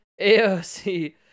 AOC